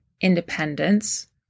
independence